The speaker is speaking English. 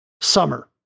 summer